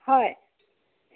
হয়